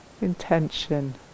intention